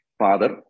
father